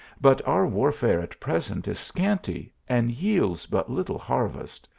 but our warfare at present is scanty and yields but little harvest.